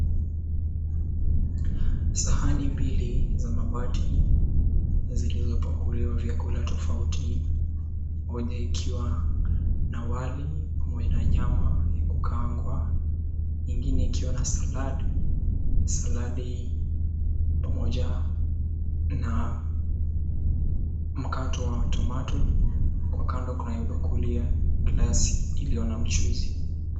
Sahani mbili za mabati zilizopakuliwa vyakula tofauti. Moja ikiwa na wali na nyama ya kukaangwa, ingine ikiwa na saladi pamoja na mkato wa tomato . Kwa kando kunayo bakuli ya glasi iliyo na mchuzi.